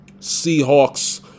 seahawks